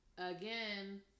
Again